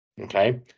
Okay